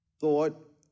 thought